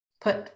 put